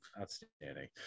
Outstanding